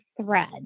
thread